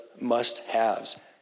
must-haves